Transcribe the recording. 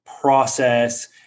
process